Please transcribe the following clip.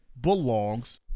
belongs